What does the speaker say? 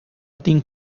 tinc